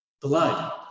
blood